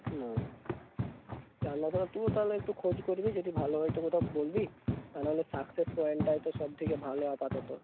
ও জানাশোনা তুইও তাহলে একটু খোঁজ করবি যদি ভালো হয় তো কোথাও বলবি তা না হলে সাকসেস পয়েন্টাই তো সবথেকে ভালো আপাতত